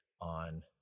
on